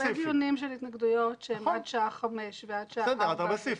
יש הרבה דיונים של התנגדויות שהם עד שעה 17:00. אז הרבה סעיפים.